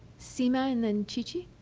seema and then chi